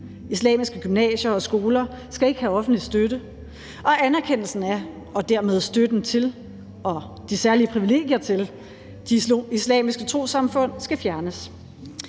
Islamiske gymnasier og skoler skal ikke have offentlig støtte, og anerkendelsen af og dermed støtten til og de særlige privilegier til de islamiske trossamfund skal fjernes.